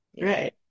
Right